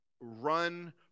run